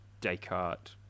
Descartes